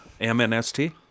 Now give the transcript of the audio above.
MNST